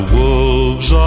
wolves